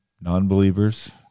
non-believers